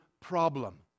problem